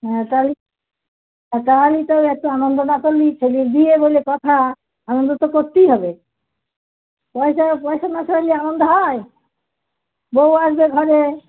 হ্যাঁ তাহলে আর তাহলে তো একটু আনন্দ না করলে ছেলের বিয়ে বলে কথা আনন্দ তো করতেই হবে পয়সা পয়সা না ছড়ালে আনন্দ হয় বৌ আসবে ঘরে